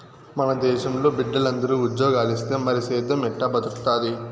మన దేశంలో బిడ్డలందరూ ఉజ్జోగాలిస్తే మరి సేద్దెం ఎట్టా బతుకుతాది